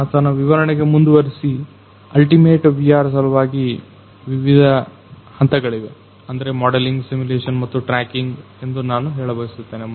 ಆತನ ವಿವರಣೆಗೆ ಮುಂದುವರೆಸಿ ಅಲ್ಟಿಮೇಟ್ ವಿಆರ್ ಸಲುವಾಗಿ ವಿವಿಧ ಹಂತಗಳಿವೆ ಅಂದ್ರೆ ಮಾಡೆಲಿಂಗ್ ಮತ್ತು ಸಿಮುಲೇಷನ್ ಮತ್ತು ಟ್ರ್ಯಾಕಿಂಗ್ ಎಂದು ನಾನು ಹೇಳಬಯಸುತ್ತೇನೆ